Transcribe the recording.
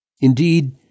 Indeed